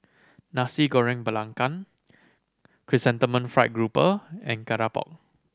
Nasi Goreng Belacan Chrysanthemum Fried Grouper and keropok